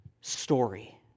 story